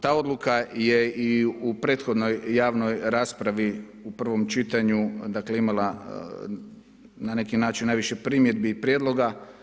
Ta odluka je i u prethodnoj javnoj raspravi u prvom čitanju dakle imala na neki način najviše primjedbi i prijedloga.